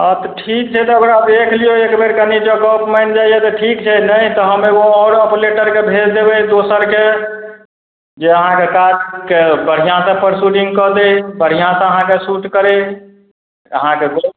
हँ तऽ ठीक छै तऽ ओकरा देखि लिऔ एकबेर कनि जँ गप मानि जाइ यऽ तऽ ठीक छै नहि तऽ हम एगो आओर ऑपरेटरके भेजि देबै दोसरके जे अहाँके काजके बढ़िआँसे प्रोसेडिन्ग कऽ दै बढ़िआँसे अहाँके शूट करै अहाँके